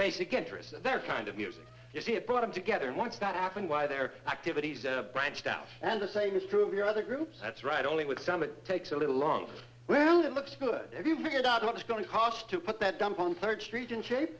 basic interest they're kind of music you see it brought them together once that happened why their activities branched out and the same is true for your other groups that's right only when somebody takes a little longer well it looks good if you figured out what was going to cost to put that dump on third street in shape